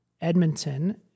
Edmonton